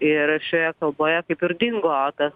ir šioje kalboje kaip ir dingo tas